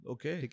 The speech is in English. Okay